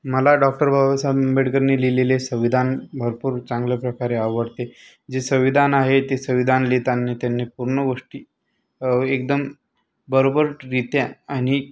मला डॉक्टर बाबासाहेब आंबेडकरनी लिहिलेले संविधान भरपूर चांगल्या प्रकारे आवडते जे संविधान आहे ते संविधान लिहिताना त्यांनी पूर्ण गोष्टी एकदम बरोबररीत्या आणि